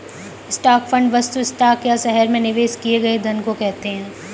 stock fund वस्तुतः stock या शहर में निवेश किए गए धन को कहते हैं